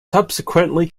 subsequently